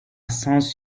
sens